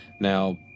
now